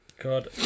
God